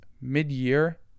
mid-year